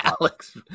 Alex